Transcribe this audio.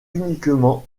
uniquement